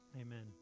amen